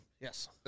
Yes